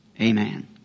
Amen